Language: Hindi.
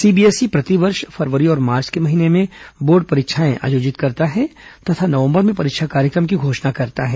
सीबीएसई प्रतिवर्ष फरवरी और मार्च के महीने में बोर्ड परीक्षाएं आयोजित करता है तथा नवंबर में परीक्षा कार्यक्रम की घोषणा करता है